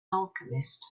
alchemist